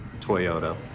Toyota